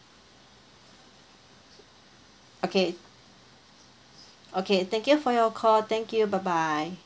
okay okay thank you for your call thank you bye bye